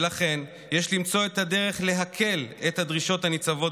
ולכן יש למצוא את הדרך להקל את הדרישות הניצבות